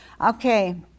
Okay